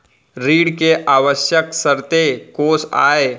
ऋण के आवश्यक शर्तें कोस आय?